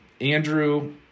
Andrew